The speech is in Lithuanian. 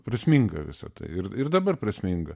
prasminga visa tai ir ir dabar prasminga